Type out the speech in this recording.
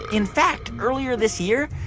in fact, earlier this year,